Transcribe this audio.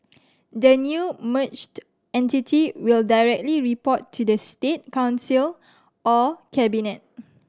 the new merged entity will directly report to the State Council or cabinet